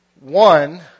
One